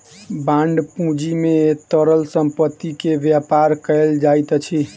bond पूंजी में तरल संपत्ति के व्यापार कयल जाइत अछि